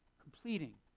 completing